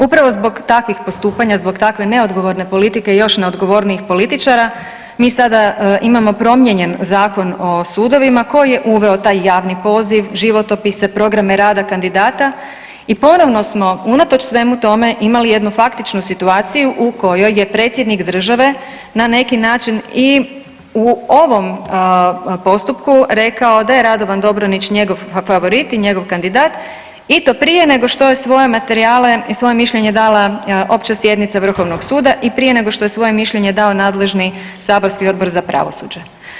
Upravo zbog takvih postupanja, zbog takve neodgovorne politike i još neodgovornijih političara mi sada imamo promijenjen Zakon o sudovima koji je uveo taj javni poziv, životopise, programe rada kandidata i ponovno smo unatoč svemu tome imali jednu faktičnu situaciju u kojoj je predsjednik države na neki način i u ovom postupku rekao da je Radovan Dobronić njegov favorit i njegov kandidat i to prije nego što je svoje materijale i svoje mišljenje dala Opća sjednica Vrhovnog suda i prije nego što je svoje mišljenje dao nadležni saborski Odbor za pravosuđe.